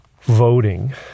voting